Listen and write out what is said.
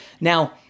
Now